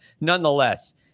nonetheless